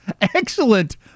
Excellent